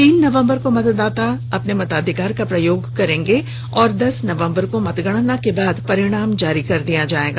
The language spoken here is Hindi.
तीन नवम्बर को मतदाता अपने मतदाधिकार का प्रयोग करेंगे और दस नवम्बर को मतगणना के बाद परिणाम जारी कर दिया जाएगा